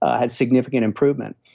had significant improvement.